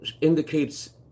indicates